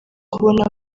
kubona